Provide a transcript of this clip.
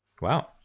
Wow